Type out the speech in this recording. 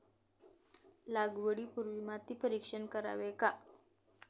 लागवडी पूर्वी माती परीक्षण करावे का?